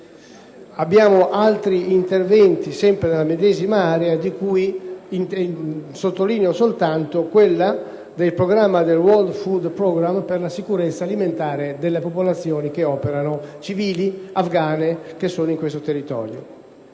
Abbiamo poi altri interventi, sempre nella medesima area, di cui sottolineo solo il *World Food Programme* per la sicurezza alimentare delle popolazioni civili afgane presenti in questo territorio.